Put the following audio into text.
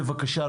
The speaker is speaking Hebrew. בבקשה,